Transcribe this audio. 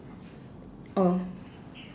oh